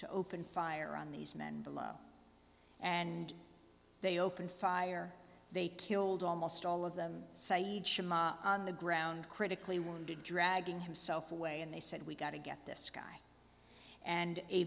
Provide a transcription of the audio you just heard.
to open fire on these men below and they opened fire they killed almost all of them saeed on the ground critically wounded dragging himself away and they said we got to get this guy and a